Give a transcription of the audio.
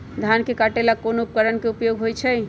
धान के काटे का ला कोंन उपकरण के उपयोग होइ छइ?